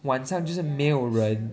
晚上就是没有人